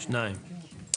הצבעה בעד, 2 נגד,